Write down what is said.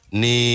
ni